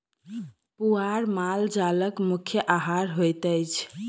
पुआर माल जालक मुख्य आहार होइत अछि